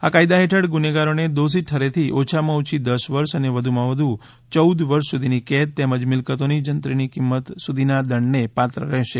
આ કાયદા હેઠળ ગૂનેગારોને દોષિત ઠરેથી ઓછામાં ઓછી દસ વર્ષ અને વધુમાં વધુ ચૌદ વર્ષ સુધીની કેદ તેમજ મિલકતોની જંત્રીની કિંમત સુધીના દંડને પાત્ર રહેશે